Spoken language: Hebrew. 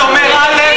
שר אוצר אחד אומר א',